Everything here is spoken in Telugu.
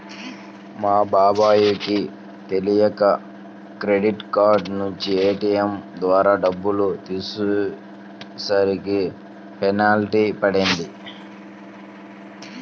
మా బాబాయ్ కి తెలియక క్రెడిట్ కార్డు నుంచి ఏ.టీ.యం ద్వారా డబ్బులు తీసేసరికి పెనాల్టీ పడింది